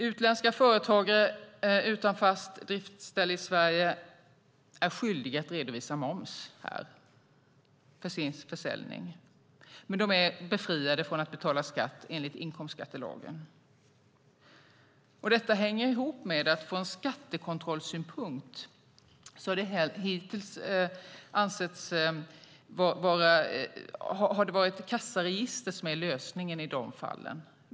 Utländska företagare utan fast driftställe i Sverige är skyldiga att redovisa moms för sin försäljning här, men de är befriade från att betala skatt enligt inkomstskattelagen. Detta hänger ihop med att det från skattekontrollsynpunkt hittills har varit kassaregister som är lösningen i de fallen.